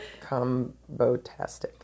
combo-tastic